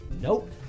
Nope